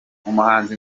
umuhanzi